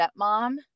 stepmom